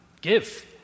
Give